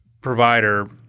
provider